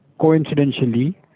Coincidentally